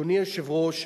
אדוני היושב-ראש,